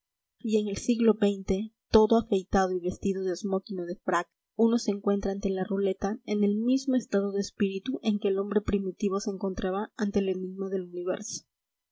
y en el siglo xx todo afeitado y vestido de smocking o de frac uno se encuentra ante la ruleta en el mismo estado de espíritu en que el hombre primitivo se encontraba ante el enigma del universo